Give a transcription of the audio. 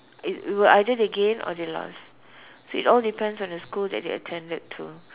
it will either they gain or they lost so it all depends on the school that they attended to